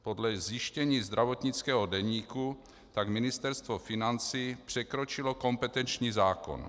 Podle zjištění zdravotnického deníku tak Ministerstvo financí překročilo kompetenční zákon.